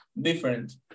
different